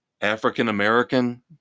african-american